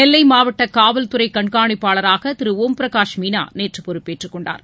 நெல்லை மாவட்ட காவல்துறை கண்காணிப்பாளராக திரு ஓம்பிரகாஷ் மீனா நேற்று பொறுப்பேற்றுக்கொண்டார்